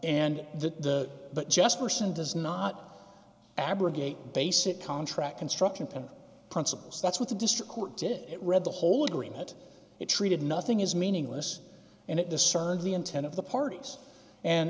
and the but just person does not abrogate basic contract construction principles that's what the district court did it read the whole agreement it treated nothing is meaningless and it discern the intent of the parties